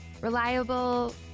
reliable